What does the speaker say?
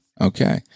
Okay